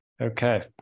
Okay